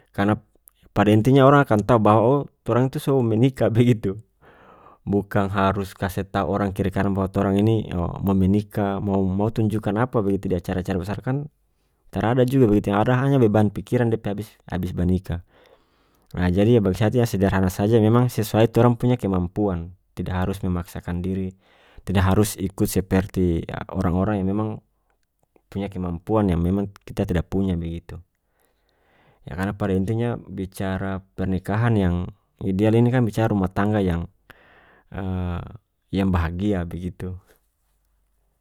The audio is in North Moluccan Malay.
Kanap pada intinya orang akan tau bahwa oh torang tu so menikah begitu bukang harus kase tau orang kiri kanan bahwa torang ini oh mo menikah mo mau tunjukan apa begitu di acara-acara besar kan tarada juga begitu yang ada hanya beban pikiran dia pe abis- abis banikah ah jadi ya bagi saya yah sederhana saja memang sesuai torang punya kemampuan tidak harus memaksakan diri tidak harus ikut seperti ya orang-orang yang memang punya kemampuan yang memang kita tidak punya begitu yah karna pada intinya bicara pernikahan yang ideal ini kan bicara rumah tangga yang yang bahagia begitu.